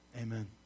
amen